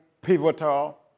pivotal